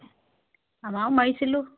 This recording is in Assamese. আমাৰো মাৰিছিলোঁ